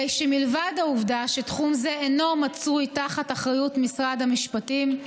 הרי שמלבד העובדה שתחום זה אינו מצוי באחריות משרד המשפטים,